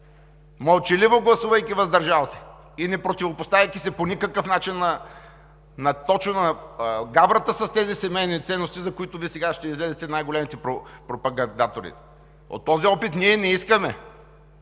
мълчаливо гласувайки „въздържал се“ и непротивопоставяйки се по никакъв начин точно на гаврата с тези семейни ценности, за които Вие сега ще излезете най-големите пропагандатори? От този опит ние не искаме.